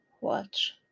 watch